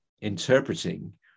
interpreting